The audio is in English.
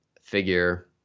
figure